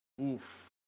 Oof